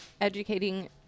educating